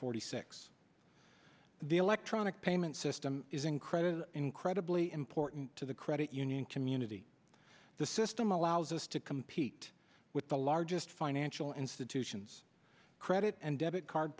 forty six the electronic payment system is incredibly incredibly important to the credit union community the system allows us to compete with the largest financial institutions credit and debit card